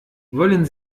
wollen